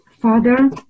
Father